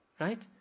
Right